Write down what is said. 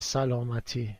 سلامتی